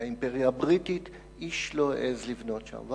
האימפריה הבריטית איש לא העז לבנות שם,